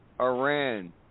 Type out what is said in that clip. Iran